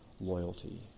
loyalty